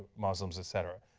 muslims, etc.